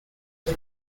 for